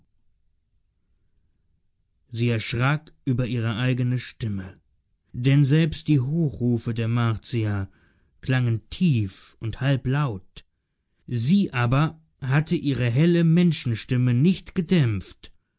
sie erschrak über ihre eigene stimme denn selbst die hochrufe der martier klangen tief und halblaut sie aber hatte ihre helle menschenstimme nicht gedämpft